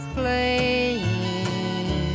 playing